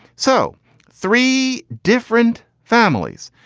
so three different families.